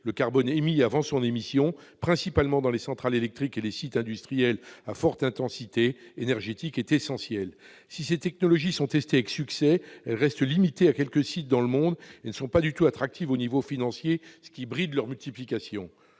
le carbone émis avant son émission dans l'atmosphère, principalement dans les centrales électriques et les sites industriels à forte intensité énergétique, est essentiel. Si ces technologies sont testées avec succès, elles restent limitées à quelques sites dans le monde et ne sont pas du tout attractives au niveau financier, ce qui bride leur multiplication.